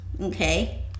Okay